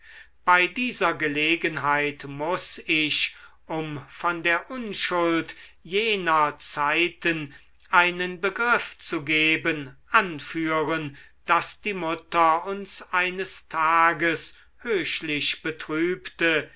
bei dieser gelegenheit muß ich um von der unschuld jener zeiten einen begriff zu geben anführen daß die mutter uns eines tages höchlich betrübte